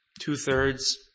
two-thirds